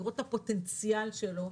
לראות את הפוטנציאל שלו.